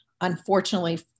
Unfortunately